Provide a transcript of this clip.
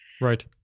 right